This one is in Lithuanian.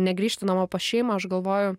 negrįžti namo pas šeimą aš galvoju